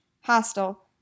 hostile